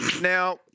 Now